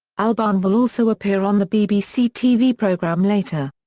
albarn will also appear on the bbc tv programme later.